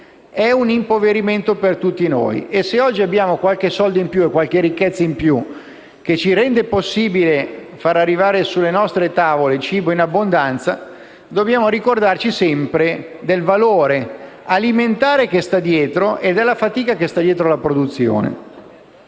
è un impoverimento per tutti noi. Se oggi abbiamo qualche soldo e qualche ricchezza in più, che ci consente di far arrivare sulle nostre tavole cibo in abbondanza, dobbiamo ricordarci sempre del valore alimentare e della fatica che sta dietro la produzione.